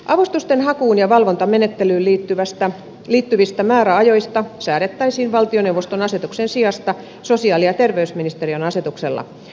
avustusten hakuun ja valvontamenettelyyn liittyvistä määräajoista säädettäisiin valtioneuvoston asetuksen sijasta sosiaali ja terveysministeriön asetuksella